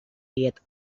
diet